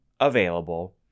available